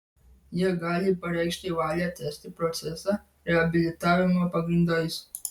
jie gali pareikšti valią tęsti procesą reabilitavimo pagrindais